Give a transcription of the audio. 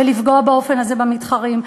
ולפגוע באופן הזה במתחרים.